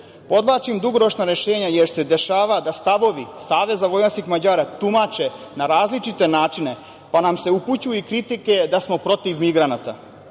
podvlačim dugoročna rešenja, jer se dešava da stavovi SVM tumače na različite načine, pa nam se upućuju kritike da smo protiv migranata. Želim